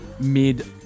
mid